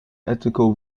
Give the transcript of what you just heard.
ethical